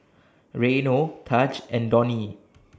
Reino Tahj and Donnie